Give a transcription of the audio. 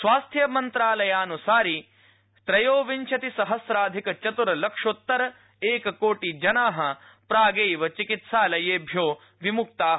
स्वास्थ्य मंत्रालयानुसारं त्रयोविंशतिसहस्राधिक चतुर् लक्षोत्तर एक कोटि जना प्रागेव चिकित्सालयेभ्यो विमुक्ता